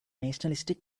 nationalistic